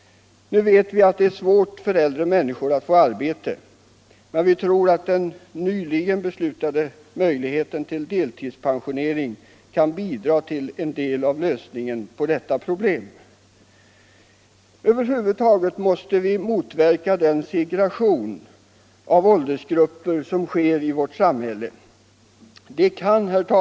Nu vet vi att det är svårt för äldre människor att få arbete. Vi hoppas att den nyligen beslutade möjligheten till delpensionering kan bidra till lösningen av detta problem. Över huvud taget måste vi motverka den segregation av åldersgrupper Allmänpolitisk debatt Allmänpolitisk debatt 170 som sker i samhället.